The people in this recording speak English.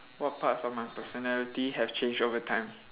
what parts of my personality have changed over time